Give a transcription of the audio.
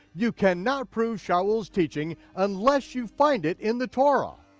you cannot prove saul's teaching unless you find it in the torah.